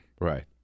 Right